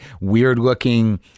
weird-looking